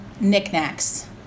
knickknacks